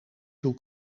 toe